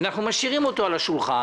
אנחנו משאירים אותו על השולחן.